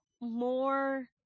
more